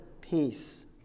peace